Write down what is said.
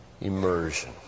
immersion